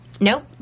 Nope